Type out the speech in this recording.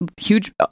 huge